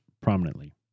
prominently